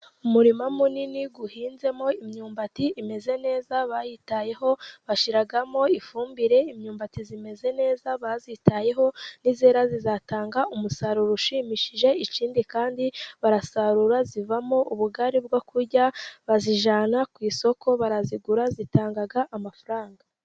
Umurima munini uhinzemo imyumbati imeze neza bayitayeho bashiramo ifumbire, imyumbati imeze neza bayitayeho, niyera izatanga umusaruro ushimishije. Ikindi kandi barasarura ivamo ubugari bwo kurya, bayijyana ku isoko, barayigura itanga amafaranga.